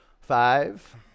Five